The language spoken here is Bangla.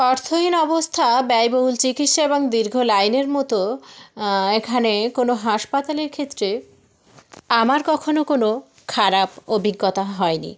অর্থহীন অবস্থা ব্যয়বহুল চিকিৎসা এবং দীর্ঘ লাইনের মতো এখানে কোনো হাসপাতালের ক্ষেত্রে আমার কখনো কোনো খারাপ অভিজ্ঞতা হয় নি